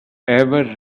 ever